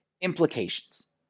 implications